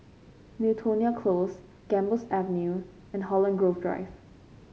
Miltonia Close Gambas Avenue and Holland Grove Drive